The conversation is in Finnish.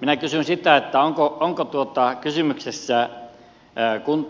minä kysyn sitä onko kysymyksessä